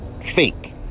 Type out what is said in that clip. fake